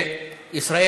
הצבת